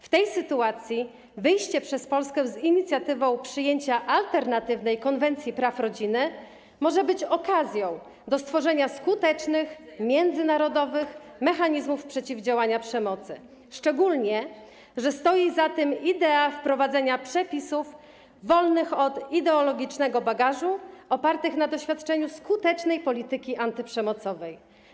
W tej sytuacji wyjście przez Polskę z inicjatywą przyjęcia alternatywnej Konwencji Praw Rodziny może być okazją do stworzenia skutecznych, międzynarodowych mechanizmów przeciwdziałania przemocy, szczególnie że stoi za tym idea wprowadzenia przepisów wolnych od ideologicznego bagażu, opartych na doświadczeniu skutecznej polityki antyprzemocowej.